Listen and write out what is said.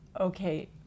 okay